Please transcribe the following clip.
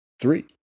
Three